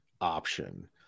option